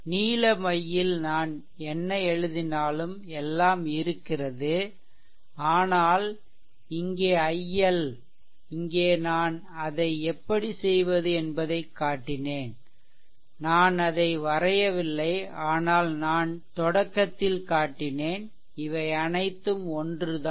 நீல மை யில் நான் என்ன எழுதினாலும் எல்லாம் இருக்கிறது ஆனால் இங்கே IL இங்கே நான் அதை எப்படி செய்வது என்பதைக் காட்டினேன் நான் அதை வரையவில்லை ஆனால் நான் தொடக்கத்தில் காட்டினேன் இவை அனைத்தும் ஒன்றுதான்